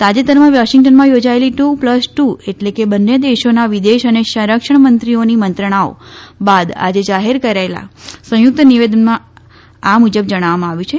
તાજેતરમાં વોશિંગ્ટનમાં યોજાયેલી ટ્ર પ્લસ ટ્ર એટલે કે બંને દેશોના વિદેશ અને સંરક્ષણમંત્રીઓની મંત્રણાઓ બાદ જાહેર કરાયેલા સંયુક્ત નિવેદનમાં આ મુજબ જણાવવામાં આવ્યું છે